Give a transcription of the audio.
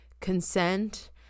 consent